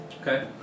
okay